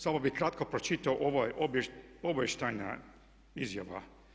Samo bih kratko pročitao ovu obavještajnu izjavu.